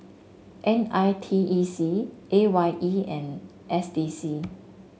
N I T E C A Y E and S D C